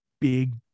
big